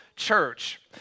Church